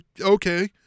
Okay